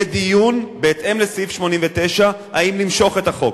יהיה דיון בהתאם לסעיף 89 האם למשוך את החוק.